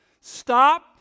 stop